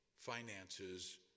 finances